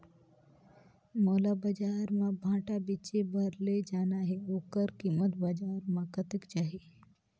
मोला बजार मां भांटा बेचे बार ले जाना हे ओकर कीमत बजार मां कतेक जाही?